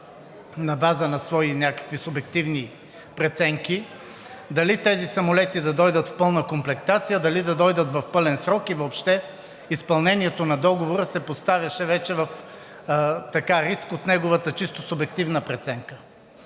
на база на свои някакви субективни преценки дали тези самолети да дойдат в пълна комплектация, дали да дойдат в пълен срок и въобще изпълнението на Договора се поставяше вече в риск от неговата чисто субективна преценка.